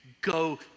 go